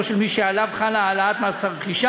של מי שחלה עליו העלאת מס הרכישה.